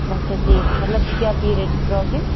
اچھا ٹھیٖک مطلب کیٛاہ پیٖرڈس پرابلِم